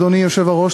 אדוני היושב-ראש,